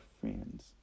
friends